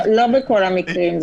לא בכל המקרים.